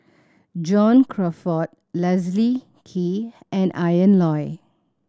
John Crawfurd Leslie Kee and Ian Loy